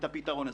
את הפתרון הזה?